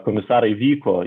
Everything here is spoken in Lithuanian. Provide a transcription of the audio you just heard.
komisarai vyko